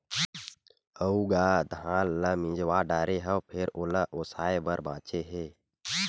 अउ गा धान ल मिजवा डारे हव फेर ओला ओसाय बर बाचे हे